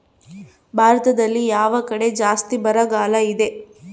ಭಾರತದಲ್ಲಿ ಯಾವ ಕಡೆ ಜಾಸ್ತಿ ಬರಗಾಲ ಇದೆ?